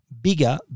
bigger